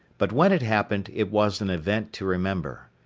but when it happened it was an event to remember.